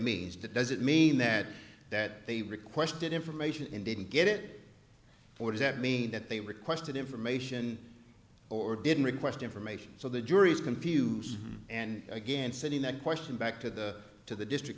means does it mean that that they requested information and didn't get it or does that mean that they requested information or didn't request information so the jury is confused and again sending that question back to the to the district